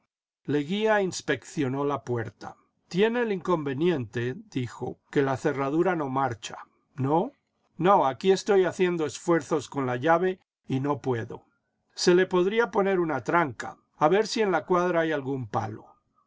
leguía inspeccionó la puerta tiene el inconveniente dijo que la cerradura no marcha no no aquí estoy haciendo esfuerzos con la llave y no puedo se le podría poner una tranca a ver si en la cuadra hay algún palo